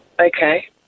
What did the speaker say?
Okay